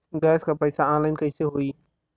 Gas क पैसा online कइसे होई?